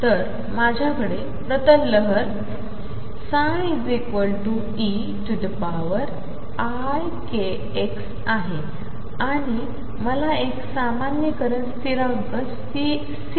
तर माझ्याकडेप्रतललहरψeikxआहेआणिमलाएकसामान्यीकरणस्थिरांकC